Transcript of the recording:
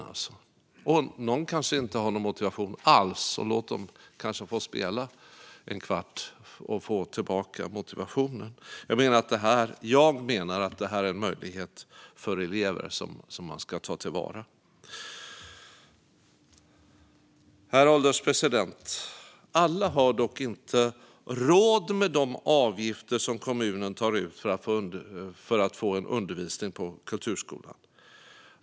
Någon kanske inte har någon motivation alls; låt dem då kanske spela en kvart och få tillbaka motivationen. Jag menar att detta är en möjlighet för elever som man ska ta till vara. Herr ålderspresident! Alla har dock inte råd med de avgifter som kommunen tar ut för undervisning på kulturskolan.